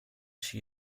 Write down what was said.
she